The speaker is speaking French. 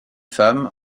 femme